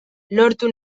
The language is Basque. lortu